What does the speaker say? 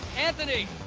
anthony!